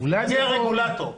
אני הרגולטור.